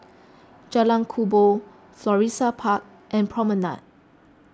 Jalan Kubor Florissa Park and Promenade